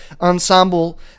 ensemble